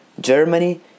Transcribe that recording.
Germany